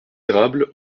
érables